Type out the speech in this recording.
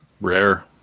Rare